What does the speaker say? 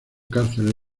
cárceles